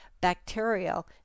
bacterial